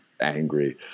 angry